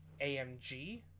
AMG